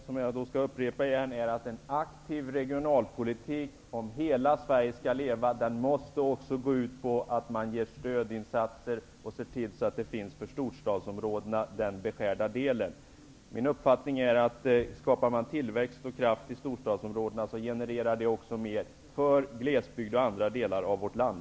Herr talman! Min uppfattning är att en aktiv regionalpolitik måste, om hela Sverige skall leva, gå ut på att man gör stödinsatser också i storstadsområdena och ser till att även storstadsområdena får sin beskärda del. Skapar man tillväxt och kraft i storstadsområdena genererar det mer också för glesbygd och andra delar av vårt land.